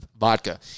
vodka